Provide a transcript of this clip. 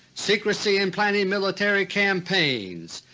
secrecy in planning military campaigns,